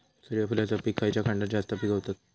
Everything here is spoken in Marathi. सूर्यफूलाचा पीक खयच्या खंडात जास्त पिकवतत?